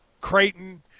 Creighton